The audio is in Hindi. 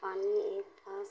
पानी एक पास